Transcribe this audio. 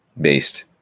based